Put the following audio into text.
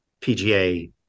PGA